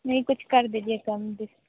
नहीं कुछ कर दीजिए कम डिस